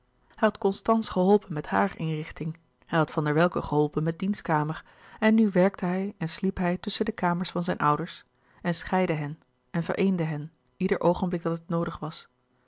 stance geholpen met hare inrichting hij had van der welcke geholpen met diens kamer en nu werkte hij en sliep hij tusschen de kamers van zijn ouders en scheidde hen en vereende hen ieder oogenblik dat het noodig was